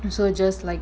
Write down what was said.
so just like